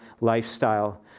lifestyle